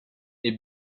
est